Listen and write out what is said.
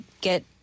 get